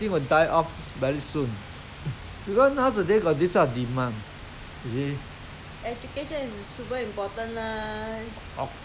those very poor country they also try to try to do their ed~ education without education because when you give them the education they they they